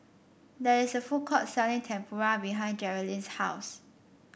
there is a food court selling Tempura behind Jerilynn's house